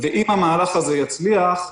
ואם המהלך הזה יצליח,